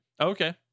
okay